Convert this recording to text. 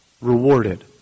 rewarded